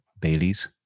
Baileys